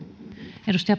arvoisa